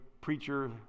preacher